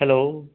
hello